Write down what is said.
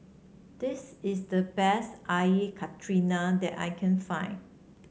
this is the best Air Karthira that I can find